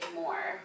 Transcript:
more